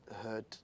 heard